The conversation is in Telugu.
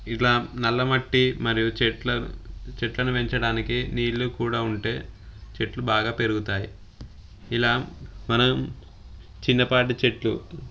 ఇలా నల్ల మట్టి మరియు చెట్ల చెట్లను పెంచడానికి నీళ్ళు కూడా ఉంటే చెట్లు బాగా పెరుగుతాయి ఇలా మనం చిన్నపాటి చెట్లు